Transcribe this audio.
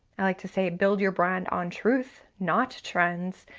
i like to say build your brand on truth, not trends,